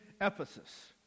Ephesus